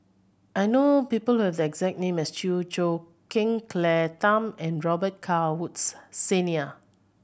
I know people who have the exact name as Chew Choo Keng Claire Tham and Robet Carr Woods Senior